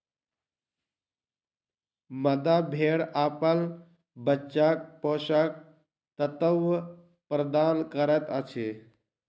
मादा भेड़ अपन बच्चाक पोषक तत्व प्रदान करैत अछि